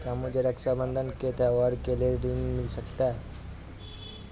क्या मुझे रक्षाबंधन के त्योहार के लिए ऋण मिल सकता है?